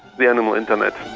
the animal internet.